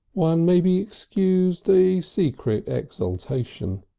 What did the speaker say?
one may be excused a secret exaltation.